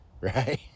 Right